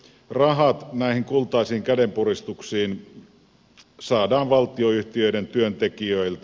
rahat näihin kultaisiin kädenpuristuksiin saadaan valtionyhtiöiden työntekijöiltä